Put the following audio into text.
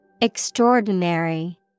Extraordinary